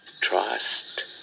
trust